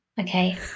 okay